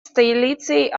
столицей